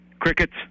Crickets